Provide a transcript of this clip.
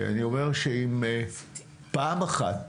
אני אומר שאם פעם אחת,